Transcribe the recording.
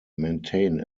maintain